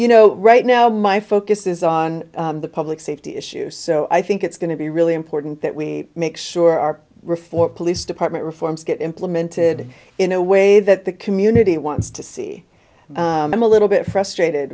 you know right now my focus is on the public safety issues so i think it's going to be really important that we make sure our reform police department reforms get implemented in a way that the community wants to see them a little bit frustrated